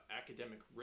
academic